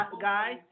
guys